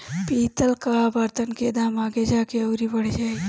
पितल कअ बर्तन के दाम आगे जाके अउरी बढ़ जाई